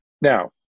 Now